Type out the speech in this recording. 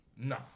No